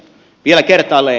vielä kertaalleen